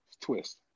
twist